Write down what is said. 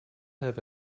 have